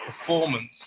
performance